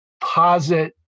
posit